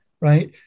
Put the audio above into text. right